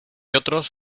otros